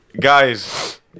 guys